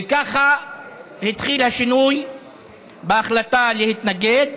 וככה התחיל השינוי בהחלטה להתנגד,